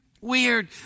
weird